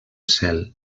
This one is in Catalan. cel